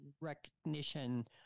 recognition